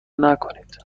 نکنید